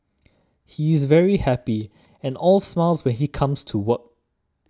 he's very happy and all smiles when he comes to work